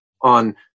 on